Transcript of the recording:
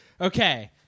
Okay